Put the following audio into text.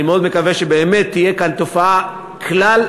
אני מאוד מקווה שבאמת תהיה כאן תופעה כלל-סיעתית,